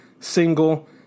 single